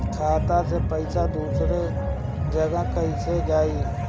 खाता से पैसा दूसर जगह कईसे जाई?